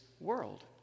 world